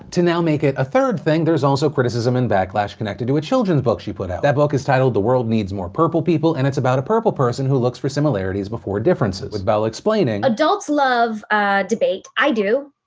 to now make it a third thing, there's also criticism and backlash connected to a children's book she put out. that book is titled, the world needs more purple people. and, it's about a purple person who looks for similarities before differences. with bell explaining, adults love a debate, i do,